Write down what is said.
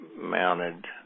mounted